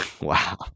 Wow